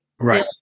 Right